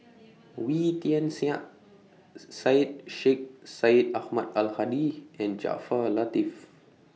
Wee Tian Siak Syed Sheikh Syed Ahmad Al Hadi and Jaafar Latiff